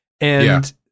and-